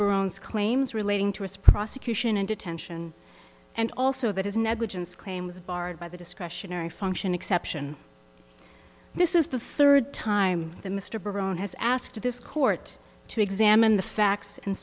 brown's claims relating to his prosecution and detention and also that his negligence claim was barred by the discretionary function exception this is the third time that mr barone has asked this court to examine the facts and